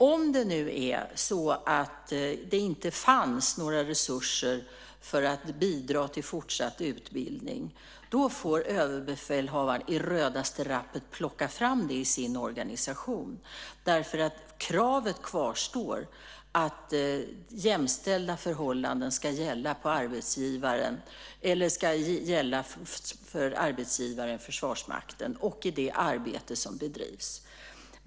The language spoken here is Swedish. Om det inte finns några resurser för att bidra till fortsatt utbildning, då får överbefälhavaren i rödaste rappet plocka fram det i sin organisation därför att kravet kvarstår, nämligen att jämställda förhållanden ska gälla för arbetsgivaren Försvarsmakten och i det arbete som bedrivs.